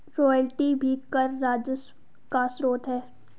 royalty भी कर राजस्व का स्रोत है